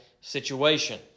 situation